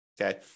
Okay